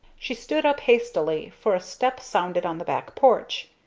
she stood up hastily, for a step sounded on the back porch.